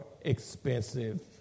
expensive